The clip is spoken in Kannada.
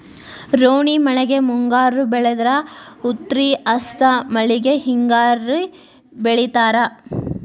ರೋಣಿ ಮಳೆಗೆ ಮುಂಗಾರಿ ಬೆಳದ್ರ ಉತ್ರಿ ಹಸ್ತ್ ಮಳಿಗೆ ಹಿಂಗಾರಿ ಬೆಳಿತಾರ